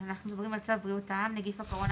אז אנחנו מדברים על צו בריאות העם (נגיף קורונה